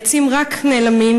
העצים רק נעלמים,